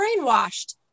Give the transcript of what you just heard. brainwashed